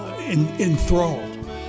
enthralled